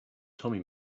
tommy